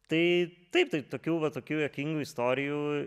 tai taip tai tokių va tokių juokingų istorijų